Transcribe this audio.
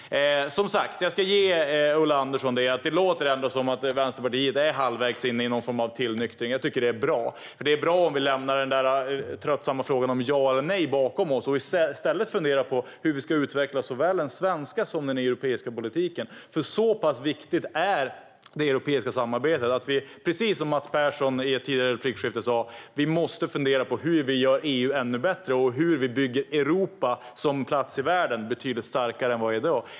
Jag ska som sagt ge Ulla Andersson det att det ändå låter som omVänsterpartiet är halvvägs in i någon form av tillnyktring. Jag tycker att det är bra, för det är bra om vi lämnar den tröttsamma frågan om ja eller nej bakom oss och i stället funderar på hur vi ska utveckla såväl den svenska som den europeiska politiken. Så pass viktigt är det europeiska samarbetet att vi, precis som Mats Persson i ett tidigare replikskifte sa, måste fundera på hur vi gör EU ännu bättre och hur vi bygger Europa som plats i världen betydligt starkare än i dag.